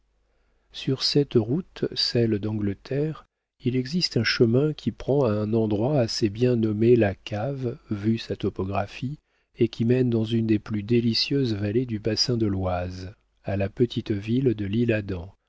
sur cette route celle d'angleterre il existe un chemin qui prend à un endroit assez bien nommé la cave vu sa topographie et qui mène dans une des plus délicieuses vallées du bassin de l'oise à la petite ville de l'isle-adam